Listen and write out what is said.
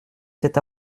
cet